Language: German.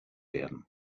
werden